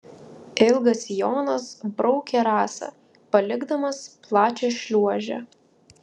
ilgas sijonas braukė rasą palikdamas plačią šliuožę